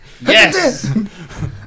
Yes